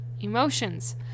emotions